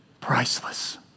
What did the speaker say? priceless